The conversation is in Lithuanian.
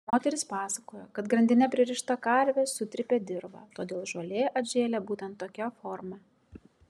moteris pasakojo kad grandine pririšta karvė sutrypė dirvą todėl žolė atžėlė būtent tokia forma